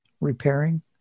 repairing